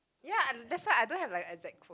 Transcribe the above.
ya and that's why I don't have like exact for